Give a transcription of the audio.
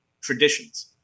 traditions